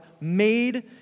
made